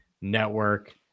network